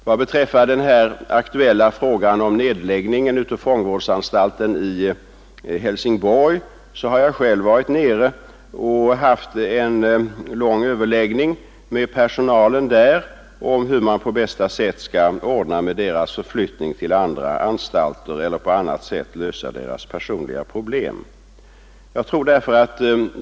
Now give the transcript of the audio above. Vad beträffar den aktuella frågan om nedläggningen av fångvårds anstalten i Helsingborg så har jag varit där och haft en lång överläggning Nr 54 med de anställda om hur man på bästa sätt skall ordna med deras Fredagen den förflyttning till andra anstalter eller på annat sätt lösa deras personliga 7 april 1972 problem.